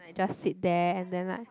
I just sit there and then like